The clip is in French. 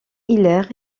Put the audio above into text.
hilaire